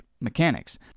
mechanics